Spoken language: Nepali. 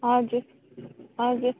हजुर हजुर